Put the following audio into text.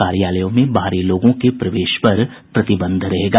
कार्यालयों में बाहरी लोगों के प्रवेश पर प्रतिबंध रहेगा